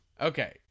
Okay